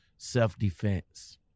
Self-defense